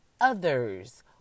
others